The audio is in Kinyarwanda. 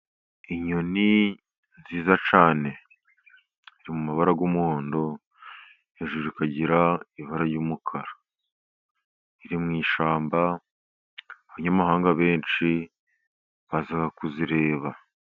Inyoni nziza cyane, iri mu mabara y'umuhondo, hejuru ikagira ibara ry'umukara, iri mu ishyamba abanyamahanga benshi baza kuzireba.